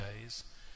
days